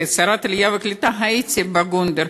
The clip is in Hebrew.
כשרת העלייה והקליטה הייתי בגונדר.